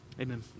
Amen